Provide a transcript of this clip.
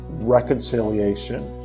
reconciliation